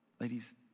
Ladies